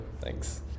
Thanks